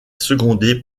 secondé